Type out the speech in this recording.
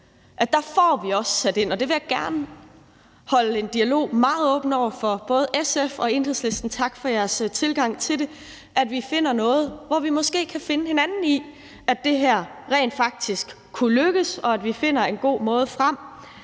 får vi også sat ind. Og jeg vil gerne holde en dialog meget åben over for, at vi finder noget, hvor vi måske kan finde hinanden i, at det her rent faktisk kunne lykkes, og at vi finder en god måde frem